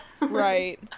Right